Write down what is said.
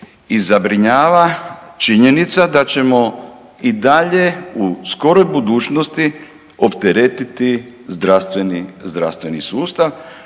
i zabrinjava činjenica da ćemo i dalje u skoroj budućnosti opteretiti zdravstveni sustav